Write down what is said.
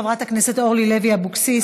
חברת הכנסת אורלי לוי אבקסיס,